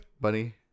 Bunny